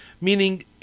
Meaning